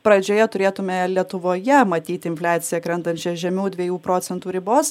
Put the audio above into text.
pradžioje turėtume lietuvoje matyti infliaciją krentančią žemiau dviejų procentų ribos